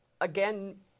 again